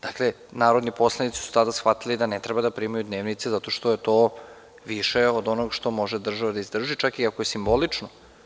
Dakle, narodni poslanici su tada shvatili da ne treba da primaju dnevnice zato što je to više od onog što može država da izdrži, čak iako je simbolično.